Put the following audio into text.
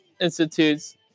institutes